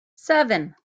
seven